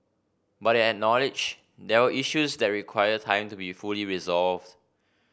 but he acknowledge there were issues that require time to be fully resolved